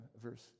Verse